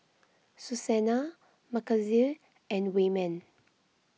Susannah Mackenzie and Wayman